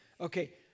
Okay